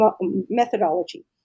methodology